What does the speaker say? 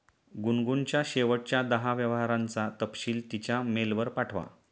गुनगुनच्या शेवटच्या दहा व्यवहारांचा तपशील तिच्या मेलवर पाठवा